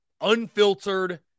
unfiltered